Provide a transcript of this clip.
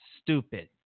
stupid